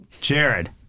Jared